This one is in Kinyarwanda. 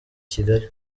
kigali